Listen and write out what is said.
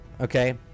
Okay